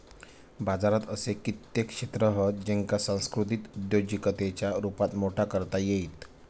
बाजारात असे कित्येक क्षेत्र हत ज्येंका सांस्कृतिक उद्योजिकतेच्या रुपात मोठा करता येईत